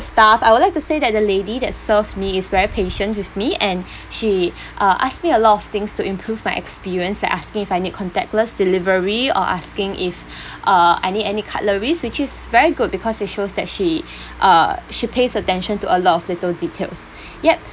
staff I would like to say that the lady that served me is very patient with me and she uh asked me a lot of things to improve my experience like asking if I need contactless delivery or asking if uh I need any cutleries which is very good because it shows that she uh she pays attention to a lot of little details yup